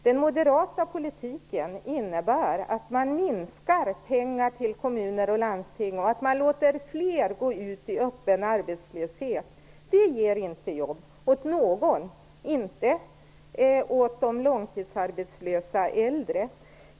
Den moderata politiken innebär att man minskar pengarna till kommuner och landsting och att man låter fler gå ut i öppen arbetslöshet. Det ger inte jobb åt någon - inte åt de långtidsarbetslösa äldre.